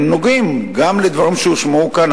הם נוגעים גם לדברים שהושמעו כאן.